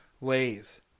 Lay's